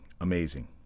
amazing